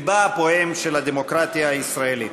ליבה הפועם של הדמוקרטיה הישראלית.